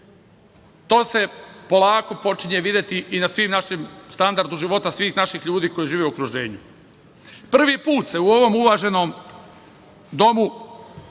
To se polako počinje videti i na standardu života svih naših ljudi koji žive u okruženju. Prvi put se u ovom uvaženom domu